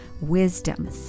wisdom